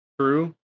true